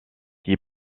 qui